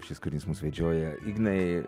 šis kūrinys mus vedžioja ignai